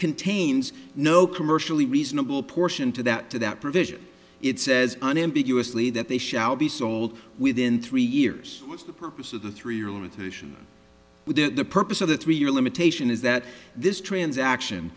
contains no commercially reasonable portion to that to that provision it says unambiguously that they shall be sold within three years the purpose of the three year limitation with the purpose of the three year limitation is that this transaction